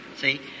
see